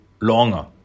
longer